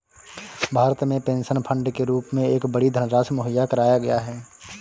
भारत में pension fund के रूप में एक बड़ी धनराशि मुहैया कराया गया है